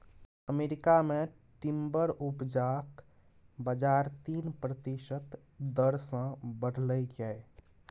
America मे timber उपजाक बजार तीन प्रतिशत दर सँ बढ़लै यै